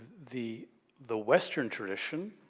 the the western tradition,